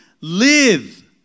Live